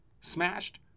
smashed